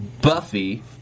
Buffy